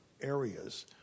areas